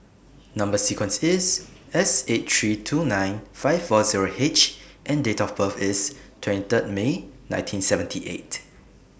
Number sequence IS S eight three two nine five four Zero H and Date of birth IS twenty Third May nineteen seventy eight